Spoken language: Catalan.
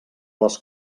les